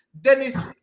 Dennis